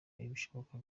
ibishoboka